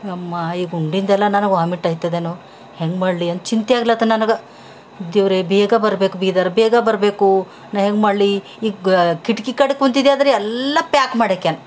ಯಮ್ಮಾ ಈಗ ಉಂಡಿಂದೆಲ್ಲ ನನಗ ವಾಮಿಟ್ ಆಯ್ತದೇನೋ ಹೆಂಗೆ ಮಾಡಲಿ ಅಂತ ಚಿಂತೆ ಆಗ್ಲತ್ತ ನನಗೆ ದೇವರೆ ಬೇಗ ಬರ್ಬೇಕು ಬೀದರ್ ಬೇಗ ಬರ್ಬೇಕು ನಾ ಹೆಂಗೆ ಮಾಡಲಿ ಈಗ ಕಿಟಕಿ ಕಡೆ ಕೂಂತಿದ್ದೆ ಆದರೆ ಎಲ್ಲಾ ಪ್ಯಾಕ್ ಮಾಡಾಕ್ಯಾನ